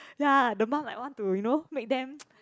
ya the mum like want to you know make them